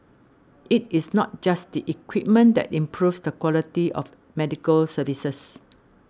it is not just the equipment that improves the quality of medical services